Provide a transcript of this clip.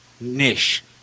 niche